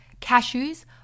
cashews